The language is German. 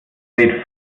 dreht